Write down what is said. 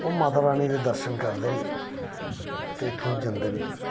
ओह् माता रानी दे दर्शन करदे न ते इत्थूं जंदे न